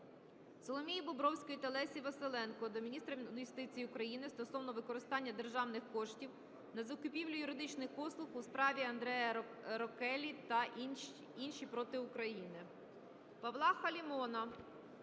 Соломії Бобровської та Лесі Василенко до міністра юстиції України стосовно використання державних коштів на закупівлю юридичних послуг у справі "Андреа Рокеллі та інші проти України".